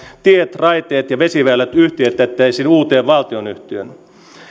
tiet raiteet ja vesiväylät yhtiöitettäisiin uuteen valtionyhtiöön